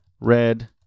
red